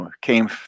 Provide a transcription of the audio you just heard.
came